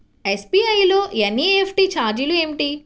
SBI లో NEFT ఛార్జీలు ఏమిటి?